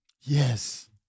Yes